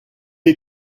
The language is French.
est